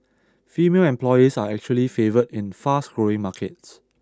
female employees are actually favoured in fast growing markets